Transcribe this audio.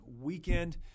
weekend